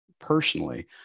Personally